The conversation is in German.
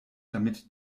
damit